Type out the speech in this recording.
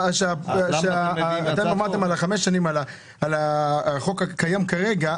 שאתם אמרתם על ה-5 שנים על החוק הקיים כרגע,